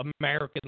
American